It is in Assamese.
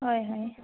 হয় হয়